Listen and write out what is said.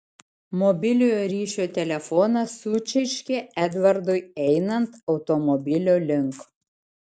mobiliojo ryšio telefonas sučirškė edvardui einant automobilio link